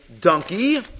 donkey